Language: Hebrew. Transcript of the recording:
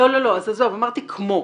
לא, אז תעזוב, אמרתי כמו.